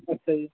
ਅੱਛਾ ਜੀ